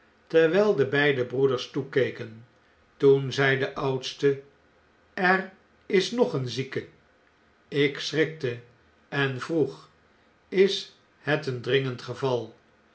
terwjjl de beide broeders toekeken toen zeide de oudste er is nog een zieke ik schrikte en vroeg is het een dringend geval